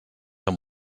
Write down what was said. amb